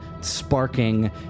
sparking